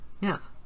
Yes